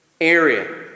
area